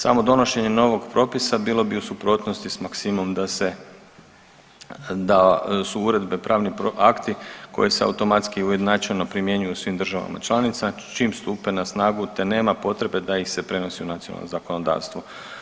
Samo donošenje novog propisa bilo bi u suprotnosti s maksimom da se, da su uredbe pravni akti koje se automatski ujednačeno primjenjuju u svim državama članicama čim stupe na snagu te nema potrebe da ih se prenosi u nacionalno zakonodavstvo.